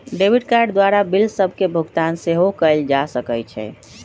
debit card द्वारा bill सभके भुगतान सेहो कएल जा सकइ छै